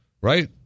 right